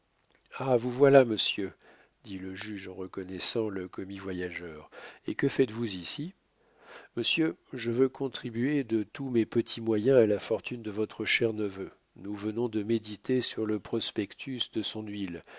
ah vous voilà monsieur dit le juge en reconnaissant le commis-voyageur et que faites-vous ici monsieur je veux contribuer de tous mes petits moyens à la fortune de votre cher neveu nous venons de méditer sur le prospectus de son huile